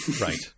Right